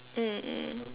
mm mm